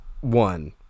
One